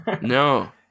no